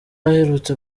aherutse